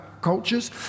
cultures